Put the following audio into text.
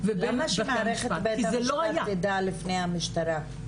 למה שמערכת בתי המשפט תדע לפני המשטרה?